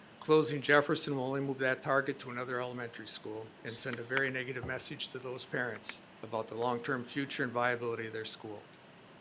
closing jefferson will only move that target to another elementary school and send a very negative message to those parents about the longterm future and viability of their school.